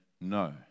no